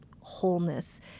wholeness